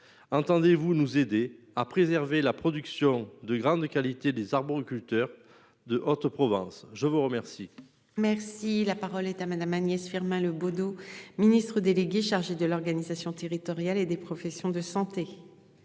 Entendez-vous nous aider à préserver la production de grande qualité des arboriculteurs deux autres provinces. Je vous remercie.